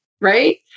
Right